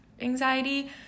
anxiety